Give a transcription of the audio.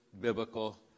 biblical